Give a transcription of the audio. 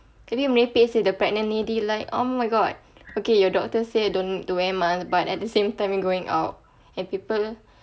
can you merepek seh with the pregnant lady like oh my god okay your doctor say don't wear mask but at the same time you're going out and people